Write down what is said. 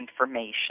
information